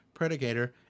predicator